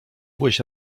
byłeś